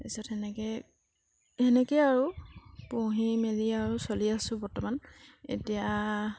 তাৰপিছত সেনেকৈ সেনেকৈয়ে আৰু পুহি মেলি আৰু চলি আছোঁ বৰ্তমান এতিয়া